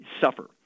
suffer